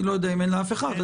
אני לא יודע אם אין לאף אחד.